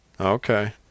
Okay